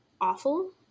awful